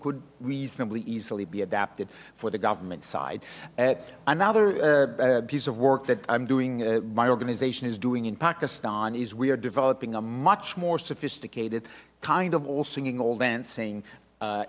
could reasonably easily be adapted for the government side another piece of work that i'm doing my organization is doing in pakistan is we are developing a much more sophisticated kind of all singing all dancing